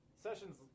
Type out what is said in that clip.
sessions